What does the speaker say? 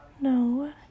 No